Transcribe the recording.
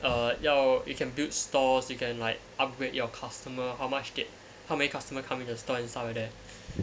uh 要 you can build stalls you can like upgrade your customer how much they how many customer come in to your store and stuff like that